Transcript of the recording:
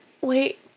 Wait